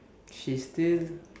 she still